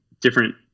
different